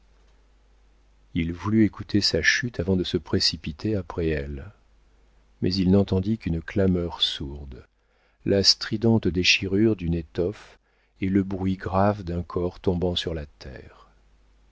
il voulut écouter sa chute avant de se précipiter après elle mais il n'entendit qu'une clameur sourde la stridente déchirure d'une étoffe et le bruit grave d'un corps tombant sur la terre